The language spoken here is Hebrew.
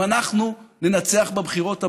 אם אנחנו ננצח בבחירות הבאות,